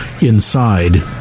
inside